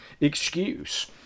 excuse